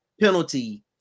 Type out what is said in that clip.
penalty